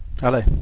Hello